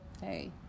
hey